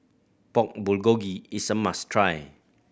Pork Bulgogi is a must try